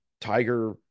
Tiger